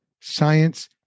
science